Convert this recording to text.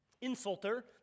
insulter